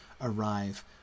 arrive